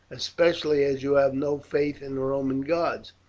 especially as you have no faith in the roman gods.